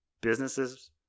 businesses